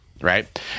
Right